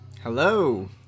Hello